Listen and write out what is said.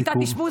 מיטת אשפוז,